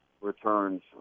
returns